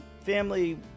family